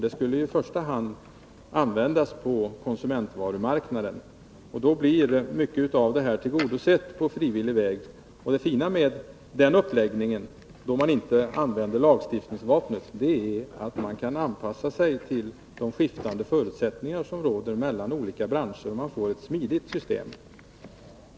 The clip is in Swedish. Det skulle i första hand användas på konsumentvarumarknaden. Då blir mycket av detta tillgodosett på frivillig väg. Det fina med den uppläggningen, då man inte använder lagstiftningsvapnet, är att man kan anpassa sig till de skiftande förutsättningar som råder i olika branscher, och man får ett smidigt system.